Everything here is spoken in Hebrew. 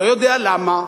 לא יודע למה,